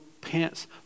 pants